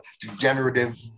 degenerative